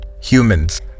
humans